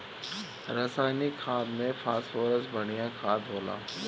रासायनिक खाद में फॉस्फोरस बढ़िया खाद होला